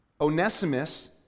Onesimus